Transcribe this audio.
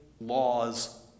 laws